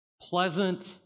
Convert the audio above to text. pleasant